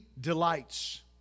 delights